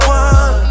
one